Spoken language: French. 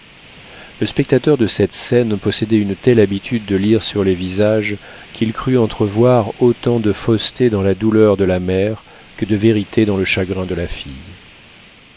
le spectateur de cette scène possédait une telle habitude de lire sur les visages qu'il crut entrevoir autant de fausseté dans la douleur de la mère que de vérité dans le chagrin de la fille